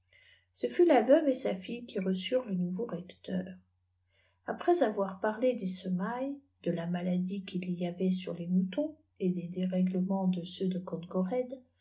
ce fut la veuve et sa fille qui reçurent le nouveau recteur après wmm perlé dei a i ai lea da la inalàiie qur il y tait mp les moutons et des déffègkaponta de cmh de